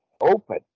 open